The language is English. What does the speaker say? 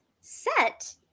set